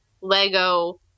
Lego